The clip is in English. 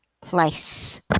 place